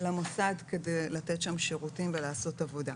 למוסד כדי לתת שם שירותים ולעשות עבודה.